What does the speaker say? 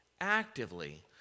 actively